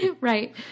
Right